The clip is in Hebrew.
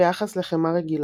ביחס לחמאה רגילה.